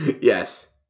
Yes